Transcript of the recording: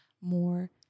more